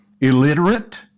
Illiterate